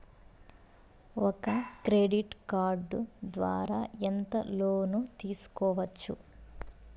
ఒక credit card ద్వారా ఎంత లోను తీసుకోవచ్చు?